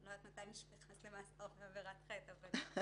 לא יודעת מתי מישהו נכנס למאסר בעבירת חטא אבל נניח